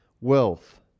Wealth